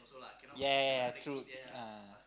yeah yeah yeah yeah true